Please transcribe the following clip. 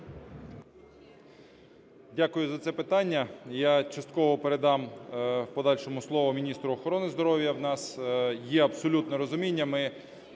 Дякую за це питання. Я частково передам в подальшому слово міністру охорони здоров'я. В нас є абсолютно розуміння,